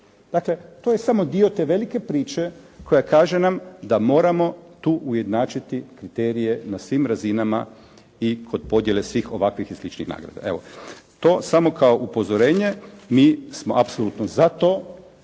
Dakle, to je samo dio te velike priče koja kaže nam da moramo tu ujednačiti kriterije na svim razinama i kod podjele svih ovakvih i sličnih nagrada. Evo, to samo kao upozorenje. Mi smo apsolutno za to